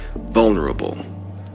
vulnerable